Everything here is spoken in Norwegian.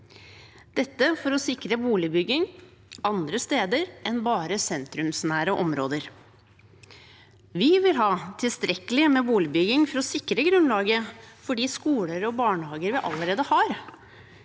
for å sikre boligbygging andre steder enn bare i sentrumsnære områder. Vi må ha tilstrekkelig med boligbygging for å sikre grunnlaget for de skoler og barnehager vi allerede har.